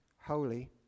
holy